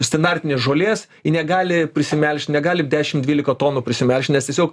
standartinės žolės ji negali prisimelžt ji negali dešimt dvylika tonų prisimelžt nes tiesiog